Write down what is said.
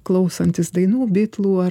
klausantis dainų bitlų ar